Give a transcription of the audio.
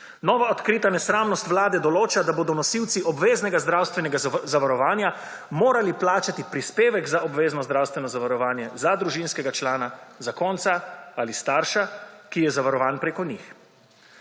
Nova odkrita nesramnost Vlade določa, da bodo nosilci obveznega zdravstvenega zavarovanja morali plačati prispevek za obvezno zdravstveno zavarovanje za družinskega člana, zakonca ali starša, ki je zavarovan preko njih.